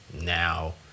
now